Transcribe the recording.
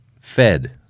fed